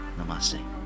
Namaste